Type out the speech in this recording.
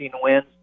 wins